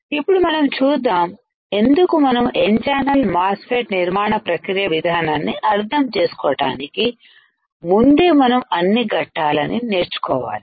ఇప్పుడు మనం చూద్దాం ఎందుకుమనము N ఛానల్మాస్ ఫెట్ నిర్మాణ ప్రక్రియ విధానాన్ని అర్థం చేసుకోవటానికి ముందే మనం అన్ని ఘట్టాలను నేర్చుకోవాలి